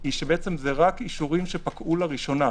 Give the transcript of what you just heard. היא שזה רק אישורים שפקעו לראשונה,